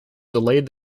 delayed